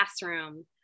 classroom